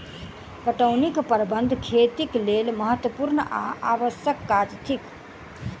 पटौनीक प्रबंध खेतीक लेल महत्त्वपूर्ण आ आवश्यक काज थिक